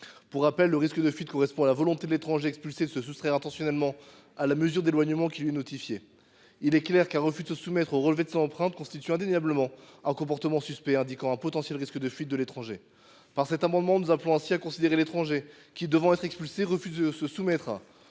Pour rappel, le risque de fuite correspond à la volonté de l’étranger expulsé de se soustraire intentionnellement à la mesure d’éloignement qui lui est notifiée. Un refus de se soumettre au relevé de ses empreintes constitue indéniablement un comportement suspect indiquant un risque de fuite. Nous appelons donc à considérer l’étranger qui, devant être expulsé, refuse de se soumettre au